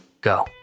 Go